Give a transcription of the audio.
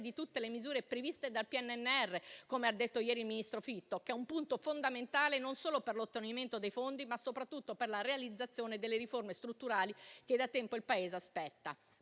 di tutte le misure previste dal PNRR, come ha detto ieri il ministro Fitto, che è un punto fondamentale non solo per l'ottenimento dei fondi, ma anche e soprattutto per la realizzazione delle riforme strutturali che da tempo il Paese aspetta